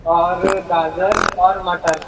اور گاجر اور مٹر